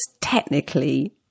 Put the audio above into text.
technically